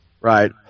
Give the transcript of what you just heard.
Right